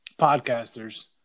podcasters